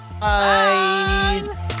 Bye